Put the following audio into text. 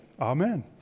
Amen